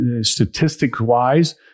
Statistics-wise